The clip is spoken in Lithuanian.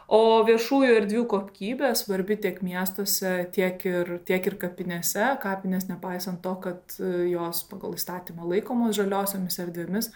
o viešųjų erdvių kokybė svarbi tiek miestuose tiek ir tiek ir kapinėse kapinės nepaisant to kad jos pagal įstatymą laikomos žaliosiomis erdvėmis